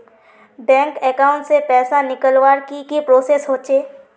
Bank account से पैसा निकालवर की की प्रोसेस होचे?